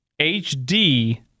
HD